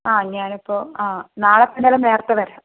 ആ ഞാൻ ഇപ്പൊൾ ആ നാളെ ഇപ്പോൾ എന്തായാലും നേരത്തെ വരാം